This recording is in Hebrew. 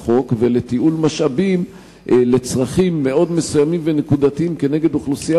החוק ולתיעול משאבים לצרכים מאוד מסוימים ונקודתיים כנגד אוכלוסייה